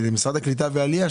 גם הפניות הללו אושרו.